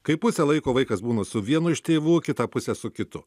kai pusę laiko vaikas būna su vienu iš tėvų kitą pusę su kitu